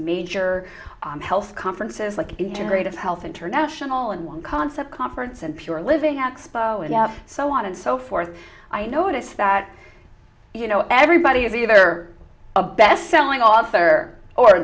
major health conferences like integrative health international and one concept conference and pure living expo enough so on and so forth i notice that you know everybody is either a bestselling author or a